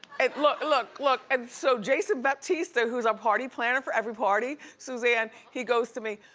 and look, look, look, and so jayson bautista who's our party planner for every party, suzanne, he goes to me,